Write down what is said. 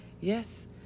Yes